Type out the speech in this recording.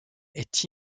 est